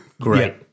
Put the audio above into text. Great